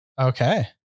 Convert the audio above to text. Okay